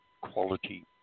quality